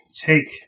take